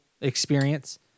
experience